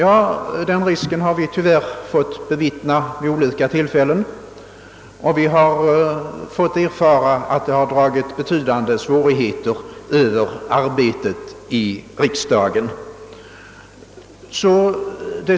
Att en sådan risk föreligger, har vi tyvärr fått bevittna vid olika tillfällen tidigare, och vi har fått erfara att detta medfört betydande svårigheter för arbetet i riksdagen.